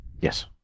Yes